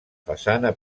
façana